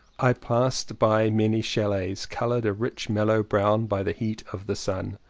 i passed by many chalets coloured a rich mellow brown by the heat of the sun.